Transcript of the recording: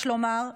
יש לומר,